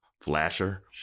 flasher